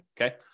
Okay